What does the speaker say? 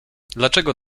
dlaczego